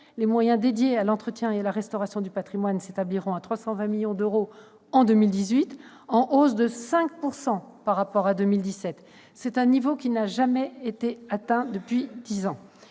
Les moyens dédiés à l'entretien et à la restauration du patrimoine s'établiront à 326 millions d'euros en 2018, soit une hausse de 5 % par rapport à 2017. Un tel niveau n'a jamais été atteint depuis dix ans.